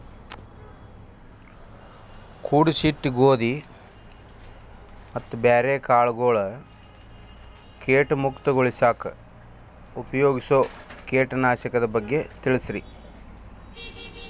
ಕೂಡಿಸಿಟ್ಟ ಗೋಧಿ ಮತ್ತ ಬ್ಯಾರೆ ಕಾಳಗೊಳ್ ಕೇಟ ಮುಕ್ತಗೋಳಿಸಾಕ್ ಉಪಯೋಗಿಸೋ ಕೇಟನಾಶಕದ ಬಗ್ಗೆ ತಿಳಸ್ರಿ